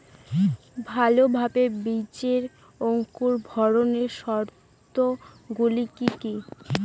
ভালোভাবে বীজের অঙ্কুর ভবনের শর্ত গুলি কি কি?